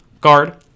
guard